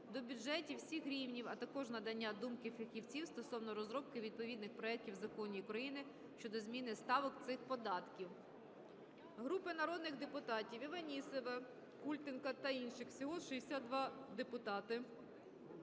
до бюджетів всіх рівнів, а також надання думки фахівців стосовно розробки відповідних проектів законів України щодо зміни ставок цих податків. Групи народних депутатів (Іванісова, Культенка та інших. Всього 62 депутатів)